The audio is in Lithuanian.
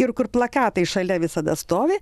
ir kur plakatai šalia visada stovi